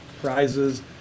prizes